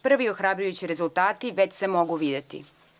Prvi ohrabrujući rezultati već se mogu videti.